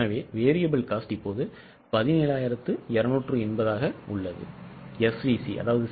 எனவே VC இப்போது 17280 ஆக உள்ளது